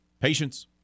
Patience